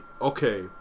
okay